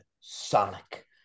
Sonic